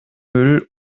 müll